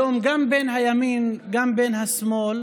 היום גם בימין וגם בשמאל